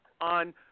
on